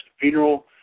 funeral